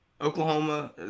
Oklahoma